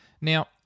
Now